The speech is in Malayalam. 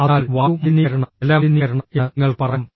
അതിനാൽ വായു മലിനീകരണം ജലമലിനീകരണം എന്ന് നിങ്ങൾക്ക് പറയാം